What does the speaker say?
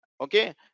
okay